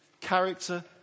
Character